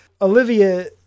Olivia